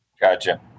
Gotcha